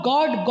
God